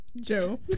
Joe